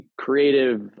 creative